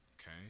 okay